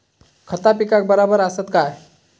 खता पिकाक बराबर आसत काय?